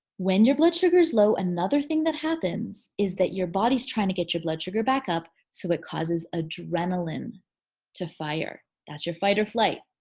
when your blood sugar's low, another thing that happens is that your body's trying to get your blood sugar back up so it causes adrenaline to fire. that's your fight-or-flight.